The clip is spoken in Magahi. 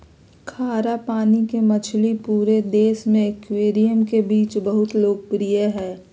खारा पानी के मछली पूरे देश में एक्वेरियम के बीच बहुत लोकप्रिय हइ